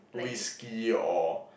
whiskey or